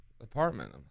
apartment